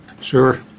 Sure